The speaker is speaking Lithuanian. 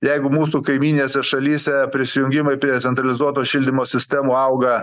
jeigu mūsų kaimyninėse šalyse prisijungimai prie centralizuoto šildymo sistemų auga